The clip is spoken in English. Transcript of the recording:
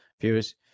Viewers